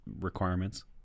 requirements